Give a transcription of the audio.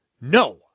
no